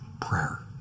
Prayer